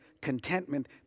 contentment